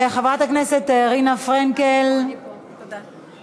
חברת הכנסת רינה פרנקל, בבקשה.